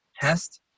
test